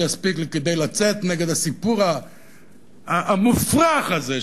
זה יספיק לי כדי לצאת נגד הסיפור המופרך הזה,